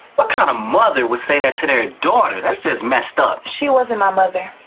what kind of mother would say that to their daughter? that's just messed up. she wasn't my mother.